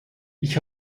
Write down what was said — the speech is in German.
ich